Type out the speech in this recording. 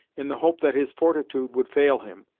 in the hope that his fortitude would fail him,